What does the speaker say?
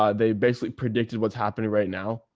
ah they basically predicted what's happening right now.